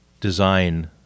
design